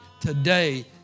today